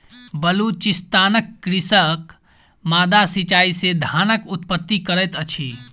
बलुचिस्तानक कृषक माद्दा सिचाई से धानक उत्पत्ति करैत अछि